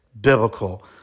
biblical